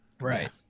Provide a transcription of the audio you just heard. Right